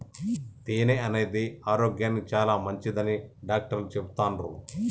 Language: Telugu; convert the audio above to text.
తేనె అనేది ఆరోగ్యానికి చాలా మంచిదని డాక్టర్లు చెపుతాన్రు